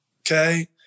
okay